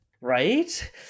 Right